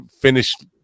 finished